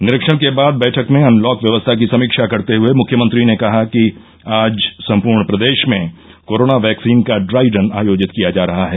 निरीक्षण के बाद बैठक में अनलॉक व्यवस्था की समीक्षा करते हुए मुख्यमंत्री ने कहा कि आज सम्पूर्ण प्रदेश में कोरोना वैक्सीन का डाई रन आयोजित किया जा रहा है